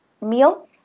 meal